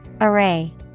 Array